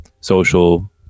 social